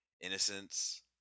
Innocence